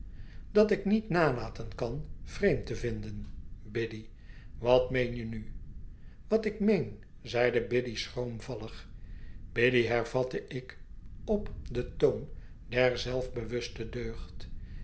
dat ik niet nalaten kan vreemd te vinden biddy wat meen je nu wat ik meen zeide biddy schroomvallig biddy hervatte ik op den toon der zelfbewuste deugd